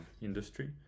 industry